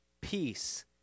peace